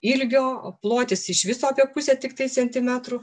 ilgio o plotis iš viso apie pusę tiktai centimetro